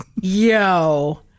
Yo